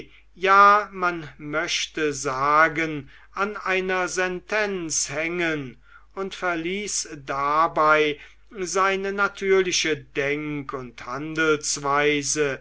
ja man möchte sagen an einer sentenz hängen und verließ dabei seine natürliche denk und handelsweise